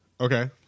Okay